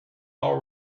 all